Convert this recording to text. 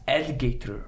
Alligator